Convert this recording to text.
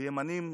וימנים,